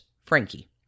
Frankie